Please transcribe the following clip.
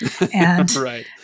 Right